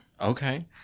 Okay